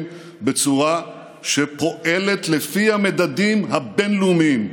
בצורה שפועלת לפי המדדים הבין-לאומיים.